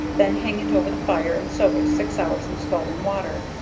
then hang it over the fire and soak it six hours in scalding water,